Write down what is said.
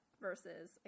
versus